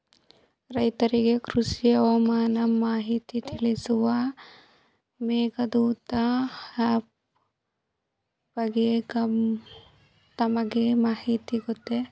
ರೈತರಿಗೆ ಕೃಷಿ ಹವಾಮಾನ ಮಾಹಿತಿ ತಿಳಿಸುವ ಮೇಘದೂತ ಆಪ್ ಬಗ್ಗೆ ತಮಗೆ ಮಾಹಿತಿ ಗೊತ್ತೇ?